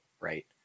right